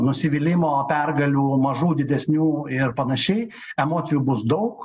nusivylimo pergalių mažų didesnių ir panašiai emocijų bus daug